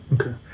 Okay